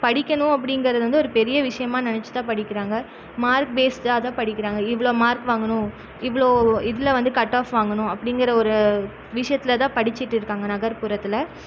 படிக்கணும் அப்படிங்கிறத வந்து ஒரு பெரிய விஷயமா நினச்சி தான் படிக்கிறாங்க மார்க் பேஸ்டாக தான் படிக்கிறாங்க இவ்வளோ மார்க் வாங்கணும் இவ்வளோ இதில் வந்து கட்ஆஃப் வாங்கணும் அப்படிங்கிற ஒரு விஷயத்துல தான் படித்துட்டு இருக்காங்க நகர்புறத்தில்